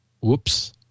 Whoops